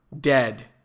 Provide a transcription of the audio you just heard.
dead